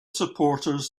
supporters